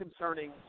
concerning